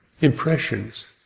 Impressions